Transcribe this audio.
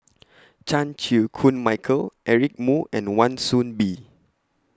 Chan Chew Koon Michael Eric Moo and Wan Soon Bee